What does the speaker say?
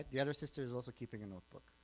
the other sister is also keeping a notebook.